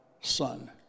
son